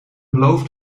beloofd